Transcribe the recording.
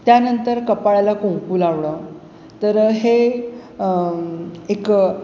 त्यानंतर कपाळाला कुंकू लावणं तर हे एक